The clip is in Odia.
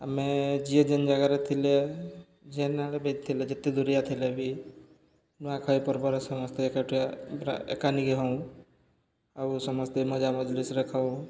ଆମେ ଯିଏ ଯେନ୍ ଜାଗାରେ ଥିଲେ ଯେନ୍ ଆଡ଼େ ବି ଥିଲେ ଯେତେ ଦୁରିଆ ଥିଲେ ବି ନୂଆଖାଇ ପର୍ବରେ ସମସ୍ତେ ଏକାଠିଆ ପୁର ଏକା ନିିକି ହଉଁ ଆଉ ସମସ୍ତେ ମଜା ମଜଲିସରେ ଖାଉ